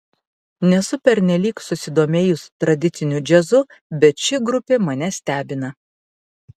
nesu pernelyg susidomėjus tradiciniu džiazu bet ši grupė mane stebina